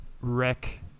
wreck